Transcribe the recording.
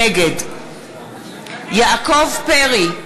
נגד יעקב פרי,